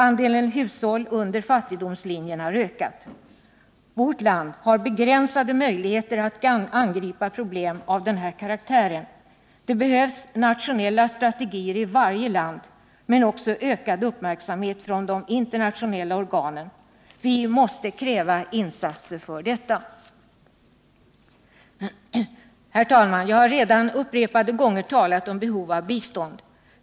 Andelen hushåll under fattigdomslinjen har ökat. Vårt land har begränsade möjligheter att angripa problem av den här karaktären. Det behövs nationella strategier i varje land, men också ökad uppmärksamhet från de internationella organen. Vi måste kräva insatser här. Herr talman! Jag har redan upprepade gånger talat om behov av bistånd.